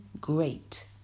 great